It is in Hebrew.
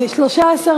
הכנסת נתקבלה.